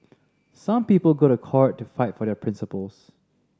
some people go to court to fight for their principles